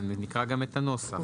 ונקרא גם את הנוסח.